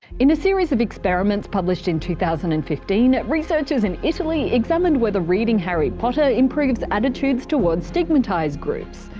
in a series of experiments published in two thousand and fifteen, researchers in italy examined whether reading harry potter improves attitudes toward stigmatized groups,